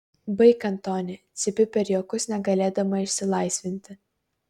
baik antoni cypiu per juokus negalėdama išsilaisvinti